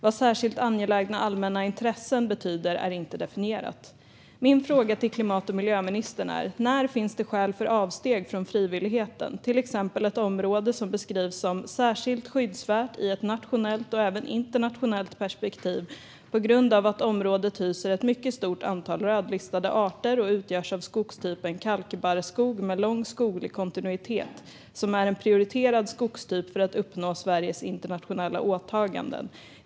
Vad särskilt angelägna allmänna intressen betyder är inte definierat. Min fråga riktar sig till klimat och miljöministern. När finns det skäl för avsteg från frivilligheten, till exempel för ett område som beskrivs som särskilt skyddsvärt i ett nationellt och även internationellt perspektiv på grund av att området hyser ett mycket stort antal rödlistade arter och utgörs av skogstypen kalkbarrskog med lång skoglig kontinuitet, som är en prioriterad skogstyp för att uppnå Sveriges internationella åtaganden?